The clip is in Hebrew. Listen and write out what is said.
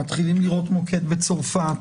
מתחילים לראות מוקד בצרפת,